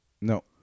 no